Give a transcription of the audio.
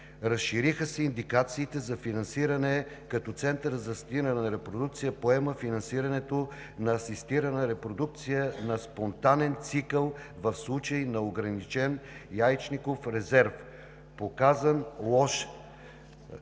разшириха се индикациите за финансиране като Центърът за асистирана репродукция поема финансирането на асистирана репродукция на спонтанен цикъл в случай на ограничен яйчников резерв – показан лош